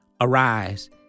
Arise